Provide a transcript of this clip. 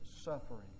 suffering